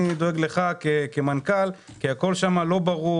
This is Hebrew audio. אני דואג לך כמנכ"ל כי הכול שם לא ברור.